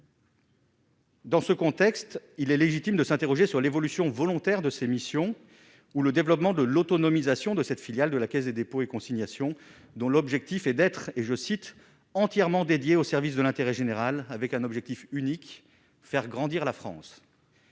Dans ce contexte, il est légitime de s'interroger sur l'évolution volontaire de ces missions ou le développement de l'autonomisation de cette filiale de la Caisse des dépôts et consignations, dont l'objectif est d'être et je site entièrement dédié au service de l'intérêt général, avec un objectif unique : faire grandir la France.